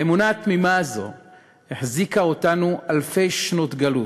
האמונה התמימה הזו החזיקה אותנו אלפי שנות גלות,